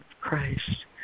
Christ